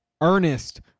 Ernest